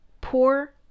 poor